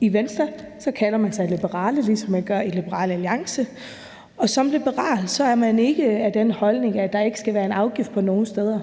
i Venstre kalder man sig liberal, ligesom man gør i Liberal Alliance. Som liberal er man ikke af den holdning, at der ikke skal være en afgift på noget.